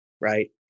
right